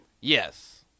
Yes